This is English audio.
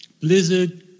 Blizzard